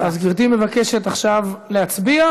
אז גברתי מבקשת עכשיו שנצביע,